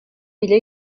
bile